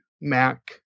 Mac